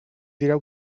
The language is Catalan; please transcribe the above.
direu